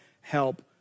help